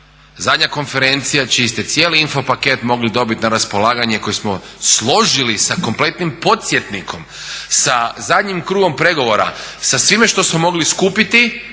Zadnja konferencija čiji ste cijeli info paket mogli dobiti na raspolaganje koje smo složili sa kompletnim podsjetnikom, sa zadnjim krugom pregovara, sa svime što smo mogli skupiti